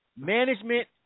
Management